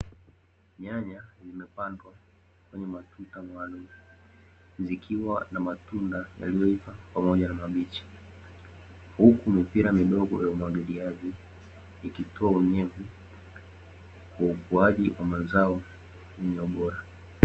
Nyanya zimepandwa kwenye matuta maalumu, zikiwa na matunda yaliyoiva pamoja na mabichi, huku mipira midogo ya umwagiliaji, ikitoa unyevu kwa ukuaji wa mazao yenye ubora.